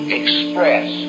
express